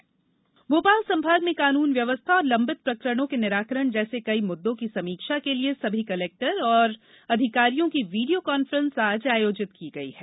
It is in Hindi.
वीडियो कॉन्फ्रेंस भोपाल संभाग में कानून व्यवस्था और लंबित प्रकरणों के निराकरण जैसे कई मुद्दों की समीक्षा के लिए सभी कलेक्टर्स एवं अधिकारियों की वीडियो कॉफ्रेंस आज आयोजित की गई है